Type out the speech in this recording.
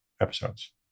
episodes